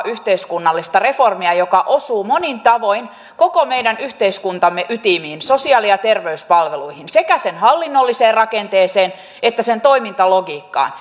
yhteiskunnallisessa reformissa joka osuu monin tavoin koko meidän yhteiskuntamme ytimiin sosiaali ja terveyspalveluihin sekä sen hallinnolliseen rakenteeseen että sen toimintalogiikkaan